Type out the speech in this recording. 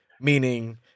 meaning